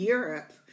Europe